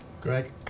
Greg